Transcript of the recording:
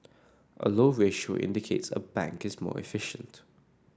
a low ratio indicates a bank is more efficient